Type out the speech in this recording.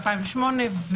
ב-2008.